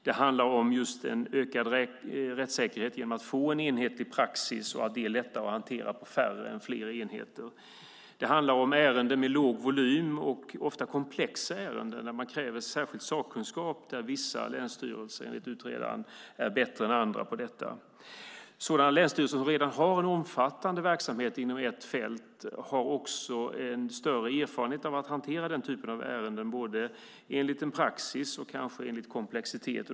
Det handlar om en ökad rättssäkerhet genom att få en enhetlig praxis och att det är lättare att hantera med färre enheter än med fler enheter. Det handlar om ärenden med låg volym. Det är ofta komplexa ärenden där det krävs särskild sakkunskap. Vissa länsstyrelser är enligt utredaren bättre än andra på detta. Sådana länsstyrelser som redan har en omfattande verksamhet inom ett fält har en större erfarenhet av att hantera den typen av ärenden, enligt en praxis och kanske enligt komplexitet.